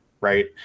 right